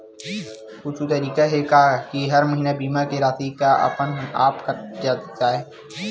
कुछु तरीका हे का कि हर महीना बीमा के राशि हा अपन आप कत जाय?